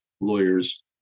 lawyers